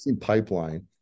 pipeline